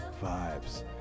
vibes